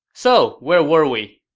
so, where were we?